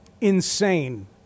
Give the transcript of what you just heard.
insane